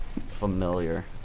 Familiar